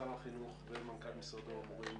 שר החינוך ומנכ"ל משרדו אמורים